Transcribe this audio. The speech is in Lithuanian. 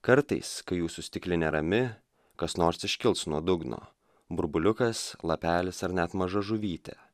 kartais kai jūsų stiklinė rami kas nors iškils nuo dugno burbuliukas lapelis ar net maža žuvytė